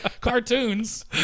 Cartoons